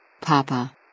Papa